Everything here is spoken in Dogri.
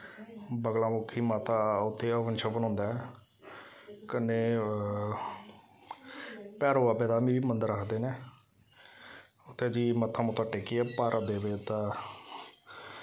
बगलामुखी माता उत्थै हवन शवन होंदा ऐ कन्नै भैरो बाबे दा बी मन्दर आखदे न उत्थै जाईयै मत्था मुत्था टेकेआ भारो देबेता